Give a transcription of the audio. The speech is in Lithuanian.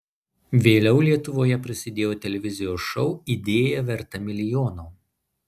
vėliau lietuvoje prasidėjo televizijos šou idėja verta milijono